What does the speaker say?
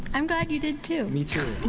i'm glad you did, too. me, too.